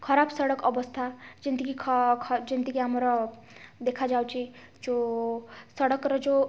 ଖରାପ ସଡ଼କ ଅବସ୍ଥା ଯେମିତିକି ଖ ଖ ଯେମିତିକି ଆମର ଦେଖାଯାଉଛି ଯେଉଁ ସଡ଼କର ଯେଉଁ